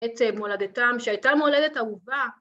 ‫את אה... מולדתם, שהייתה מולדת אהובה.